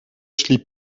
sliep